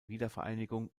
wiedervereinigung